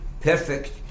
perfect